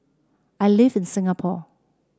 I live in Singapore